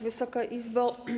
Wysoka Izbo!